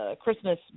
Christmas